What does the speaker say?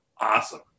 awesome